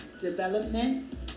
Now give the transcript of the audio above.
development